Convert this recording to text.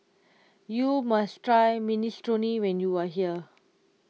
you must try Minestrone when you are here